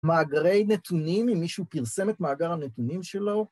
מאגרי נתונים, אם מישהו פרסם את מאגר הנתונים שלו.